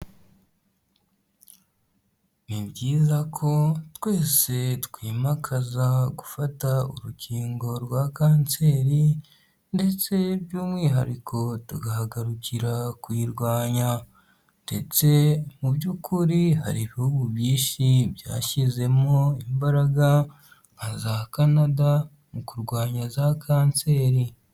Ni byiza ko twese twimakaza gufata urukingo rwa kanseri ndetse by'umwihariko tugahagurukira kuyirwanya ndetse mu by'ukuri hari ibihugu byinshi byashyizemo imbaraga nka za kanada mu kurwanya za kanseri.